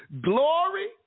glory